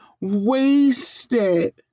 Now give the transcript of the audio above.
wasted